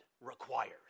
requires